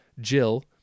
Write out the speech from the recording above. Jill